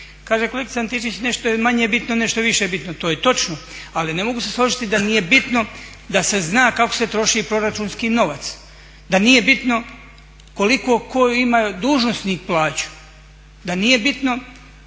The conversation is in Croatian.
Kaže kolegica Antičević nešto je manje bitno, nešto je više bitno. To je točno ali ne mogu se složiti da nije bitno da se zna kako se troši proračunski novac, da nije bitno koliko koji dužnosnik ima plaću, da nije bitno